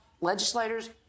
Legislators